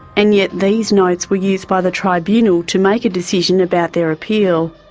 and yet these notes were used by the tribunal to make a decision about their appeal,